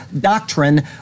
doctrine